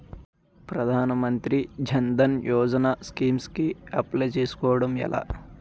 ప్రధాన మంత్రి జన్ ధన్ యోజన స్కీమ్స్ కి అప్లయ్ చేసుకోవడం ఎలా?